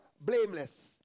blameless